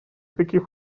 таких